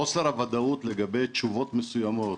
חוסר הוודאות לגבי תשובות מסוימות,